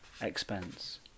expense